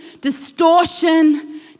distortion